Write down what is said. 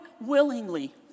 willingly